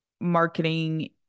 marketing